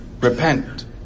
Repent